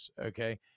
Okay